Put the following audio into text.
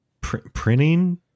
Printing